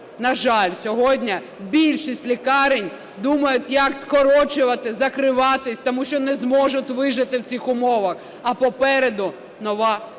На жаль, сьогодні більшість лікарень думають, як скорочувати, закриватися, тому що не зможуть вижити в цих умовах, а попереду нова волна